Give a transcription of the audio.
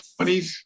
20s